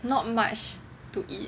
not much to eat